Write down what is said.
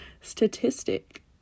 statistic